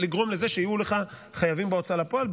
לגרום לזה שיהיו לך חייבים בהוצאה לפועל,